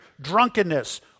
drunkenness